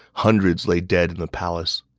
hundreds lay dead in the palace.